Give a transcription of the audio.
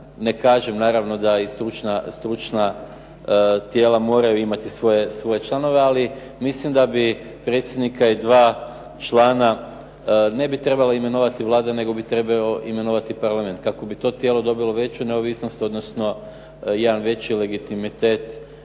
Ne kažem naravno da i stručna tijela moraju imati svoje članove, ali mislim da bi predsjednika i dva člana ne bi trebala imenovati Vlada, nego bi trebao imenovati Parlament kako bi to tijelo dobilo veću neovisnost odnosno jedan veći legitimitet